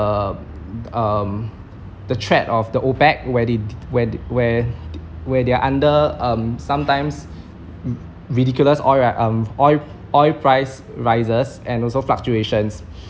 um um the threat of the OPEC where they where th~ where they are under um sometimes r~ ridiculous oil um oil oil price rises and also fluctuations